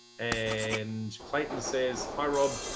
and clayton says hi, rob.